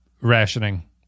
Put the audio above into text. rationing